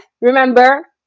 remember